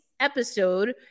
Episode